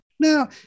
Now